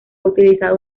utilizado